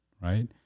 right